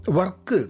work